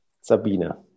Sabina